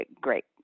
great